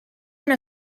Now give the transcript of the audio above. una